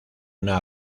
una